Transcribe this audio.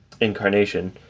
incarnation